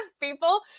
people